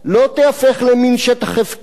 לא תיהפך למין שטח הפקר,